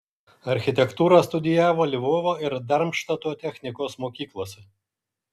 architektūrą studijavo lvovo ir darmštato technikos mokyklose